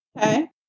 okay